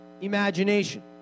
imagination